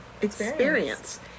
experience